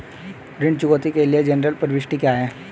ऋण चुकौती के लिए जनरल प्रविष्टि क्या है?